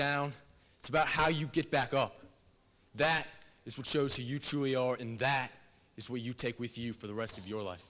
down it's about how you get back up that is what shows you truly are and that is where you take with you for the rest of your life